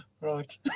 Right